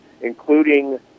including